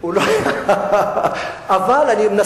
אבל אני מנסה לחשוב,